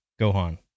gohan